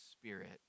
spirit